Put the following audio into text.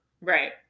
right